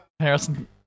Harrison